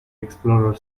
explorer